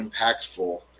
impactful